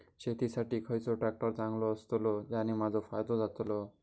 शेती साठी खयचो ट्रॅक्टर चांगलो अस्तलो ज्याने माजो फायदो जातलो?